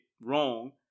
wrong